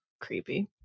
creepy